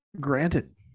Granted